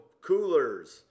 coolers